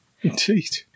Indeed